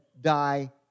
die